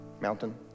mountain